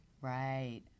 Right